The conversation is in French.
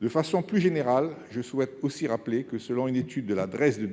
De façon plus générale, je souhaite aussi rappeler que, selon une étude de la direction